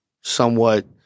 somewhat